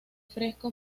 fresco